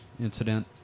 incident